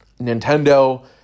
Nintendo